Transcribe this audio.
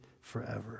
forever